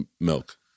milk